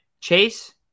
Chase